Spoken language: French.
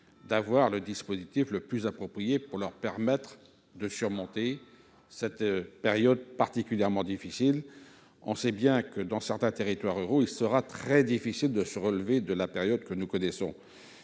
prévoir le dispositif le plus approprié possible pour leur permettre de surmonter cette période particulièrement difficile. Dans certains territoires ruraux, il sera très compliqué de se relever de la période que nous traversons.